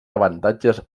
avantatges